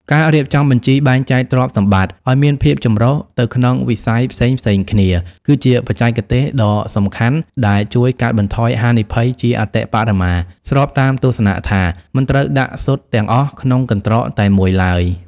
ការរៀបចំបញ្ជីបែងចែកទ្រព្យសម្បត្តិឱ្យមានភាពចម្រុះទៅក្នុងវិស័យផ្សេងៗគ្នា គឺជាបច្ចេកទេសដ៏សំខាន់ដែលជួយកាត់បន្ថយហានិភ័យជាអតិបរមា ស្របតាមទស្សនៈថា"មិនត្រូវដាក់ស៊ុតទាំងអស់ក្នុងកន្ត្រកតែមួយឡើយ"។